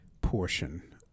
portion